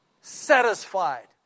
satisfied